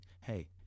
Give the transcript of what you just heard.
hey